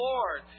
Lord